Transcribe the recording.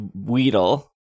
Weedle